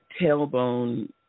tailbone